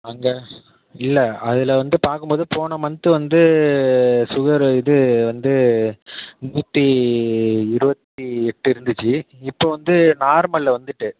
அங்கே இல்லை அதில் வந்து பார்க்கும்போது போன மந்த்து வந்து சுகரு இது வந்து நூற்றி இருபத்தி எட்டு இருந்துச்சு இப்போ வந்து நார்மலில் வந்துட்டு